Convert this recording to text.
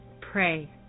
Pray